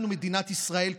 אנחנו מדינת ישראל,